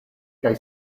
kaj